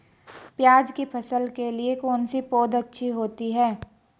प्याज़ की फसल के लिए कौनसी पौद अच्छी होती है?